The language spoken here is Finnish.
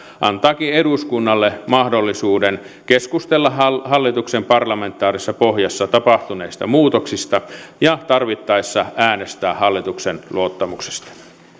antaakin eduskunnalle mahdollisuuden keskustella hallituksen parlamentaarisessa pohjassa tapahtuneista muutoksista ja tarvittaessa äänestää hallituksen luottamuksesta